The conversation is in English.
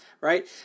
right